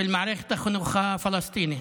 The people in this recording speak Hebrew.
של מערכת החינוך הפלסטינית.